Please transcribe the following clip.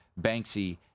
Banksy